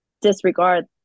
disregard